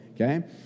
okay